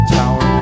tower